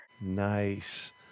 Nice